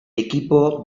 equipo